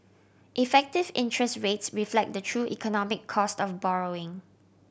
effective interest rates reflect the true economic cost of borrowing